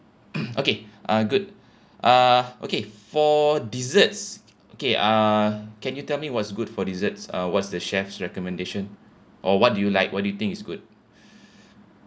okay uh good uh okay for desserts okay uh can you tell me what's good for desserts uh what's the chef's recommendation or what do you like what do you think is good